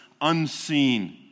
unseen